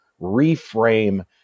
reframe